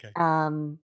Okay